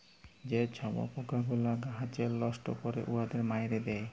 যে ছব পকাগুলা গাহাচকে লষ্ট ক্যরে উয়াদের মাইরে দেয়